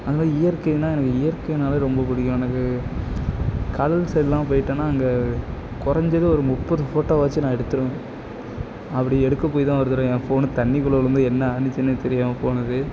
அது மாதிரி இயற்கைன்னா எனக்கு இயற்கைனாவே ரொம்ப பிடிக்கும் எனக்கு கடல் சைட்லாம் போயிட்டன்னா அங்கே குறஞ்சது ஒரு முப்பது ஃபோட்டோவாச்சும் நான் எடுத்துருவேன் அப்படி எடுக்க போய் தான் ஒரு தடவை என் ஃபோன்னு தண்ணிக்குள்ளே விழுந்து என்ன அனுச்சின்னே தெரியாமல் போனது